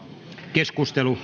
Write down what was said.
keskustelu